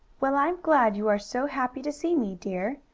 well, i'm glad you are so happy to see me, dear,